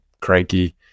cranky